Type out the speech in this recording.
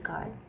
God